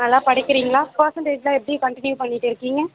நல்லா படிக்கிறிங்களா பெர்சண்டேஜ்லாம் எப்படி கன்டினியூ பண்ணிகிட்டு இருக்கிங்க